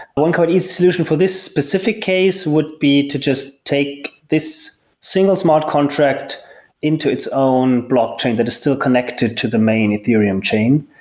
one quite easy solution for this specific case would be to just take this single smart contract into its own blockchain that is still connected to the main ethereum chain.